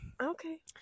Okay